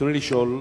ברצוני לשאול: